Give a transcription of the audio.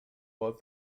but